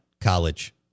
college